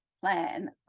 plan